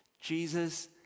Jesus